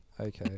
Okay